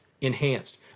enhanced